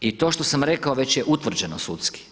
I to što sam rekao već je utvrđeno sudski.